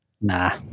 Nah